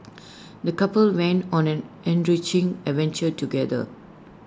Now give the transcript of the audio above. the couple went on an enriching adventure together